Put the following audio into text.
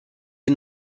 est